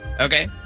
Okay